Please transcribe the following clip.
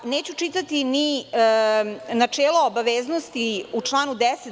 Neću čitati ni načelo obaveznosti u članu 10.